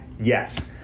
Yes